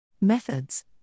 Methods